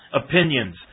opinions